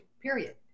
period